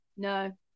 No